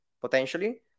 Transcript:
potentially